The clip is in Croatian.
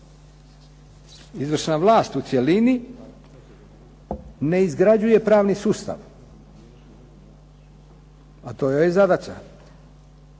izvršna vlast u cjelini ne izgrađuje pravni sustav, a to joj je zadaća.